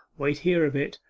wait here a bit.